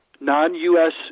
non-U.S